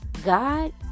God